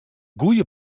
goede